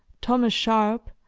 thomas sharp,